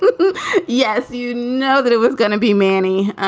but yes. you know that it was going to be manny